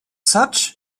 such